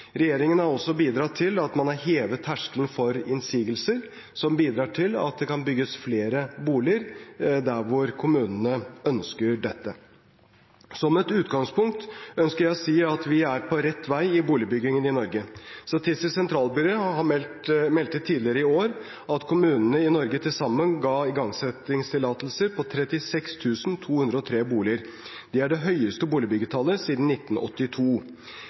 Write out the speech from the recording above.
Regjeringen har også bidratt til at man har hevet terskelen for innsigelser, som bidrar til at det kan bygges flere boliger der hvor kommunene ønsker dette. Som et utgangspunkt ønsker jeg å si at vi er på rett vei i boligbyggingen i Norge. Statistisk sentralbyrå meldte tidligere i år at kommunene i Norge til sammen ga igangsettingstillatelser på 36 203 boliger. Det er det høyeste boligbyggetallet siden 1982.